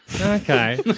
Okay